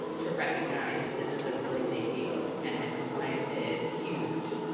to recognize that this is a really big deal and that compliance is huge.